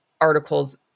articles